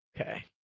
Okay